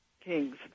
kings